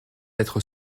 être